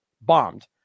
bombed